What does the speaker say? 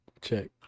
check